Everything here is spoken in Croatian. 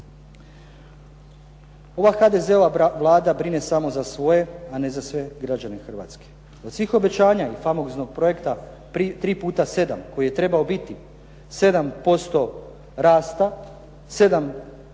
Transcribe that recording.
Ova HDZ-ova Vlada brine samo za svoje a ne za sve građane Hrvatske. Od svih obećanja i famoznog projekta 3 puta 7 koji je trebao biti 7% rasta,